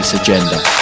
agenda